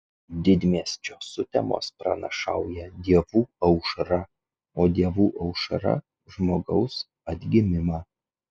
didmiesčio sutemos pranašauja dievų aušrą o dievų aušra žmogaus atgimimą